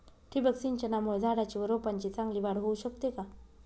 ठिबक सिंचनामुळे झाडाची व रोपांची चांगली वाढ होऊ शकते का?